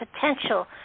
potential